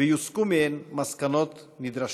ויוסקו מהם המסקנות הנדרשות.